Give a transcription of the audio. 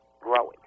growing